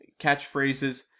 catchphrases